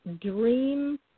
dream